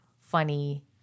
funny